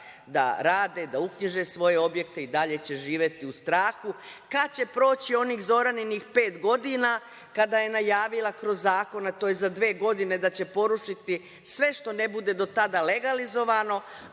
da rade, da uknjiže svoje objekte i dalje će živeti u strahu. Kad će proći onih Zoraninih pet godina kada je najavila kroz zakone, to je za dve godine, da će porušiti sve što ne bude do tada legalizovano,